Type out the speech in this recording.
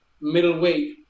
middleweight